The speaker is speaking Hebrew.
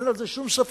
ואין על זה שום ספק.